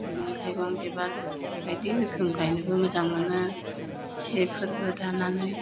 मैगं थाइगं बिबार बायदि रोखोम गायनोबो मोजां मोनो सिफोरबो दानानै